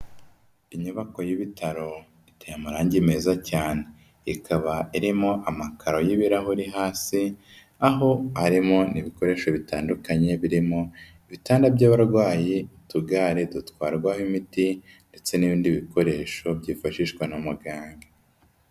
Inyubako y'ibitaro iteye amarangi meza cyane, ikaba irimo amakaro y'ibirahuri hasi, aho harimo n'ibikoresho bitandukanye birimo ibitanda by'abarwayi, utugare dutwarwaho imiti ndetse n'ibindi bikoresho byifashishwa na muganga.